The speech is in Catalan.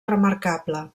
remarcable